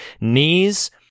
knees